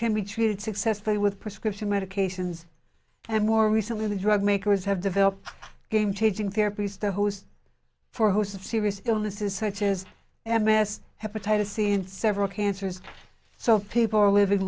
can be treated successfully with prescription medications and more recently the drug makers have developed game changing therapies to host for hoose of serious illnesses such as m s hepatitis c and several cancers so people are living